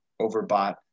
overbought